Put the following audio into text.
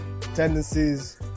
Tendencies